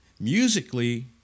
musically